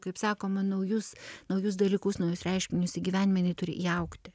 kaip sakoma naujus naujus dalykus naujus reiškinius į gyvenimą jinai turi įaugti